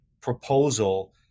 proposal